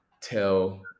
tell